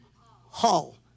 Hall